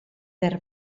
per